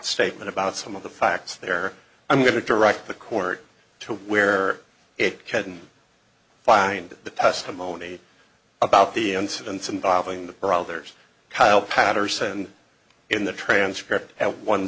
statement about some of the facts there i'm going to direct the court to where it couldn't find the testimony about the incidents involving the brothers patterson in the transcript at one